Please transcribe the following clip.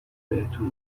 بهتون